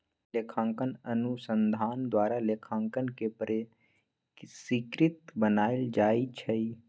लेखांकन अनुसंधान द्वारा लेखांकन के परिष्कृत बनायल जाइ छइ